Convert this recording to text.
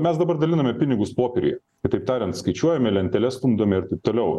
mes dabar daliname pinigus popieriuje kitaip tarian skaičiuojame lenteles stumdome ir taip toliau